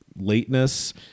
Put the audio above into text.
lateness